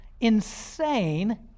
insane